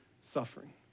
suffering